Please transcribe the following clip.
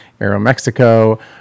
Aeromexico